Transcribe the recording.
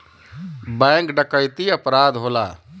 bank डकैती अपराध होला